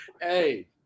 Hey